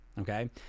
Okay